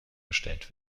gestellt